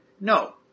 no